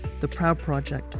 theproudproject